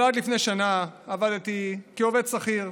אבל עד לפני שנה עבדתי כעובד שכיר,